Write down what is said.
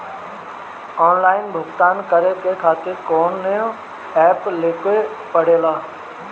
Online भुगतान करके के खातिर कौनो ऐप लेवेके पड़ेला?